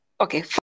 Okay